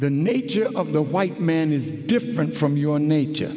the nature of the white man is different from your nature